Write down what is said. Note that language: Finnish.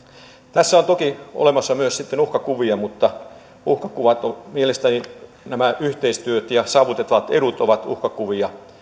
tässä on toki olemassa myös sitten uhkakuvia mutta mielestäni tämä yhteistyö ja saavutettavat edut ovat uhkakuvia